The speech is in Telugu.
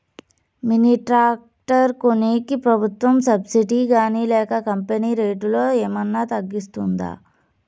మిని టాక్టర్ కొనేకి ప్రభుత్వ సబ్సిడి గాని లేక కంపెని రేటులో ఏమన్నా తగ్గిస్తుందా?